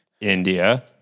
India